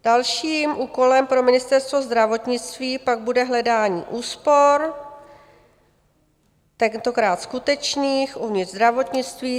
Dalším úkolem pro Ministerstvo zdravotnictví pak bude hledání úspor, tentokrát skutečných, uvnitř zdravotnictví.